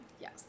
Yes